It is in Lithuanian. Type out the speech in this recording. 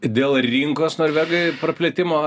dėl rinkos norvegai praplėtimo